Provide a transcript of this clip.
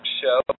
show